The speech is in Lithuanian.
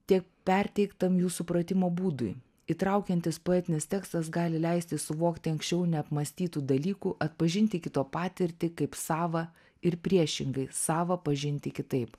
tiek perteiktam jų supratimo būdui įtraukiantis poetinis tekstas gali leisti suvokti anksčiau neapmąstytų dalykų atpažinti kito patirtį kaip savą ir priešingai savą pažinti kitaip